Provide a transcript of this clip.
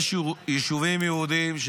יש יישובים יהודיים,